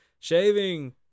Shaving